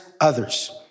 others